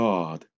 God